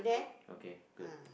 okay good